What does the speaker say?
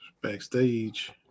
Backstage